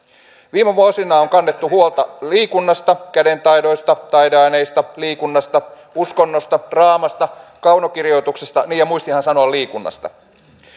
viime vuosina on kannettu huolta liikunnasta kädentaidoista taideaineista liikunnasta uskonnosta draamasta kaunokirjoituksesta niin ja muistinhan sanoa liikunnasta